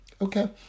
Okay